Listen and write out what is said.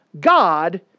God